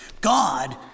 God